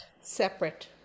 separate